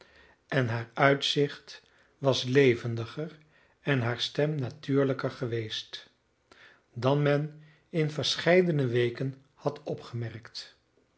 en haar uitzicht was levendiger en hare stem natuurlijker geweest dan men in verscheidene weken had opgemerkt